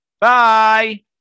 Bye